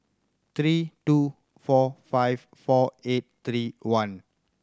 three two four five four eight three one